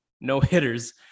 no-hitters